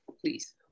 please